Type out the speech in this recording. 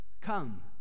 Come